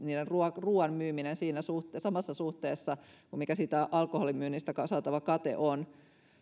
ruuan ruuan myyminen siinä samassa suhteessa kuin mikä alkoholin myynnistä saatava kate on